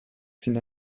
sind